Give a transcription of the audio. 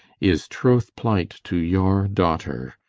is troth-plight to your daughter